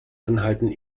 anhalten